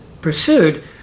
pursued